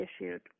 issued